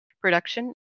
production